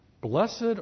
Blessed